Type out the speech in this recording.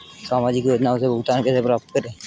सामाजिक योजनाओं से भुगतान कैसे प्राप्त करें?